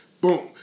Boom